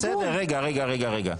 לא, בסדר, רגע, רגע.